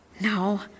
No